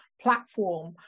platform